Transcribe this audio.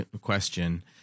question